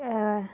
ते